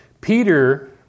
Peter